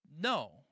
No